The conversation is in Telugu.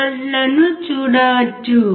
5vను చూడవచ్చు